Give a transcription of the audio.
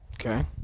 Okay